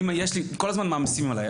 כל הזמן מעמיסים עליי.